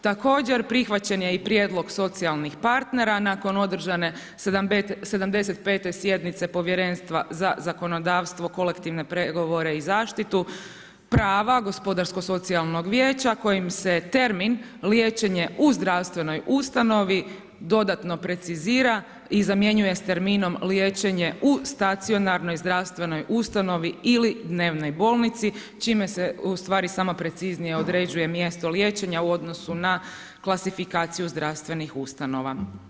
Također prihvaćen je i prijedlog socijalnih partnera nakon održane 75. sjednice Povjerenstva za zakonodavstvo, kolektivne pregovore i zaštitu prava gospodarskog-socijalnog vijeća kojim se termin „liječenje u zdravstvenoj ustanovi“ dodatno precizira i zamjenjuje s terminom „liječenje u stacionarnoj zdravstvenoj ustanovi ili dnevnoj bolnici“ čime se ustvari sama preciznije određuje mjesto liječenja u odnosu na klasifikaciju zdravstvenih ustanova.